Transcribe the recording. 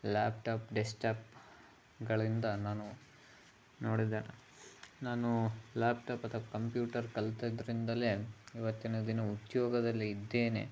laptop ಡೆಸ್ಕ್ಟಾಪ್ಗಳಿಂದ ನಾನು ನೋಡಿದೆ ನಾನು ಲ್ಯಾಪ್ಟಾಪ್ ಅಥವಾ ಕಂಪ್ಯೂಟರ್ ಕಲ್ತಿದ್ದರಿಂದಲೇ ಇವತ್ತಿನ ದಿನ ಉದ್ಯೋಗದಲ್ಲಿ ಇದ್ದೇನೆ